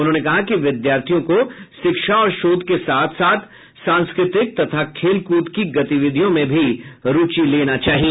उन्होंने कहा कि विद्यार्थियों को शिक्षा और शोध के साथ साथ सांस्कृतिक तथा खेल कूद की गतिविधियों में भी रूचि लेना चाहिए